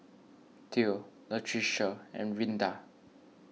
theo Latricia and Rinda